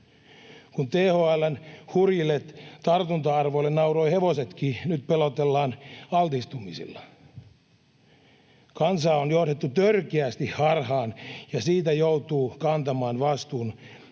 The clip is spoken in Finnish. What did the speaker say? Kun THL:n hurjille tartunta-arvoille nauroivat hevosetkin, nyt pelotellaan altistumisilla. Kansaa on johdettu törkeästi harhaan, ja siitä joutuvat kantamaan vastuun